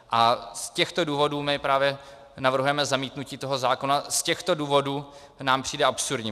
A z těchto důvodů my právě navrhujeme zamítnutí toho zákona, z těchto důvodů nám přijde absurdní.